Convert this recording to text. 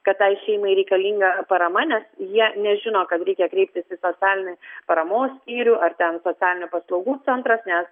kad tai šeimai reikalinga parama nes jie nežino kad reikia kreiptis į socialinės paramos skyrių ar ten socialinių paslaugų centras nes